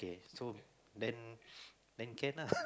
so then then can ah